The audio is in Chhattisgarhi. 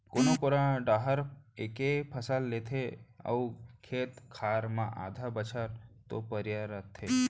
कोनो कोना डाहर एके फसल लेथे अउ खेत खार मन आधा बछर तो परिया रथें